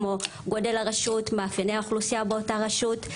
כמו גודל הרשות ומאפייני האוכלוסייה באותה רשות.